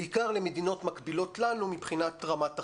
בעיקר למדינות מקבילות לנו מבחינת רמת החיים.